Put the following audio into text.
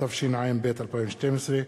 התשע"ב 2012,